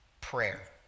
prayer